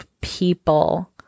people